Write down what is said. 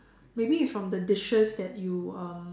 maybe it's from the dishes that you um